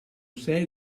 sei